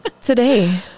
today